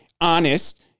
honest